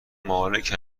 مالک